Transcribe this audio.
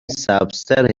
سبزتر